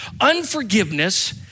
Unforgiveness